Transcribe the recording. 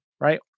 Right